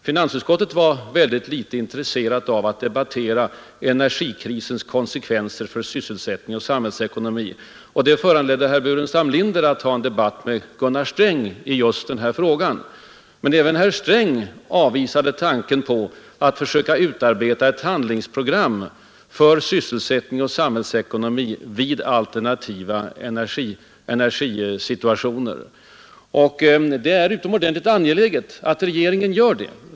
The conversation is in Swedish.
Finansutskottets majoritet var mycket litet intresserat av att debattera energikrisens konsekvenser för sysselsättning och samhällsekonomi, och det föranledde herr Burenstam Linder till en debatt med Gunnar Sträng i samma fråga. Men även herr Sträng avvisade tanken på att försöka utarbeta ett handlingsprogram för sysselsättning och samhällsekonomi vid alternativa energisituationer. Det är utomordentligt angeläget att regeringen gör det.